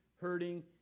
hurting